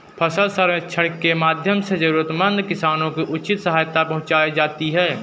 फसल सर्वेक्षण के माध्यम से जरूरतमंद किसानों को उचित सहायता पहुंचायी जाती है